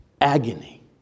agony